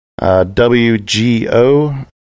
WGO